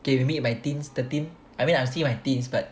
okay with me in my teens thirteen I mean I'm still my teens but